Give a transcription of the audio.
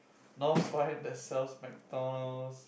North Spine that sells McDonald's